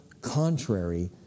contrary